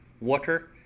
water